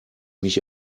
mich